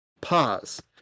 Pause